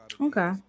Okay